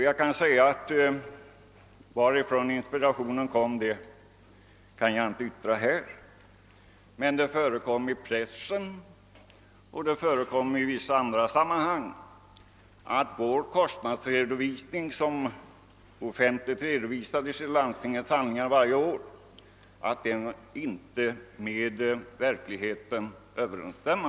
Jag kan inte uttala mig om varifrån inspirationen kom, men i pressen och i vissa andra sammanhang nämndes att vår kostnadsredovisning, som årligen offentligt redovisats i landstingets handlingar, inte överensstämde med verkligheten.